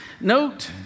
Note